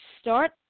start